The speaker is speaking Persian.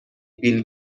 بیل